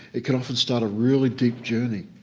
it can often start a really deep journey.